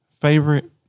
Favorite